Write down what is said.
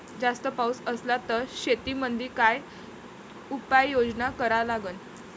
जास्त पाऊस असला त शेतीमंदी काय उपाययोजना करा लागन?